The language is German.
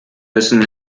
müssen